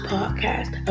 Podcast